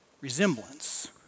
resemblance